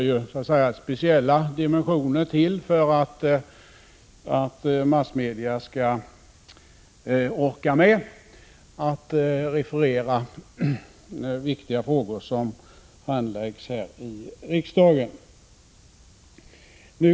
Det skall ju speciella dimensioner till för att massmedia skall orka med att referera viktiga frågor som handläggs här i riksdagen.